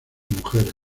mujeres